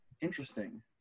Interesting